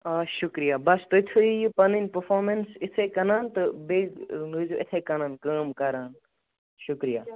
آ شُکریا بَس تُہۍ تھٲیو یہِ پَنٕنۍ پٔرفامَنس اِتھٕے کنَن تہٕ بیٚیہِ روٗزیو اِتھٕے کنَن کٲم کَران